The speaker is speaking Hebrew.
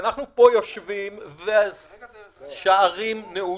ואנחנו פה יושבים והשערים נעולים.